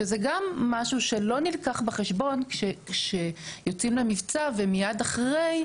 שזה גם משהו שלא נלקח בחשבון כשיוצאים למבצע ומיד אחרי,